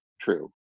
true